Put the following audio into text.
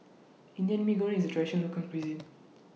Indian Mee Goreng IS Traditional Local Cuisine